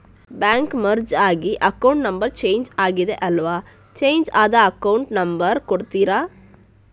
Bank merge ಆಗಿ account number change ಆಗಿದೆ ಅಲ್ವಾ, ಚೇಂಜ್ ಆದ ಅಕೌಂಟ್ ನಂಬರ್ ಕೊಡ್ತೀರಾ?